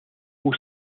aux